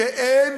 שהם,